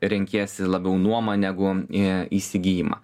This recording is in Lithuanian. renkiesi labiau nuomą negu į įsigijimą